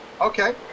Okay